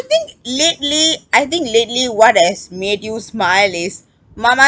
think lately I think lately what has made you smile is mama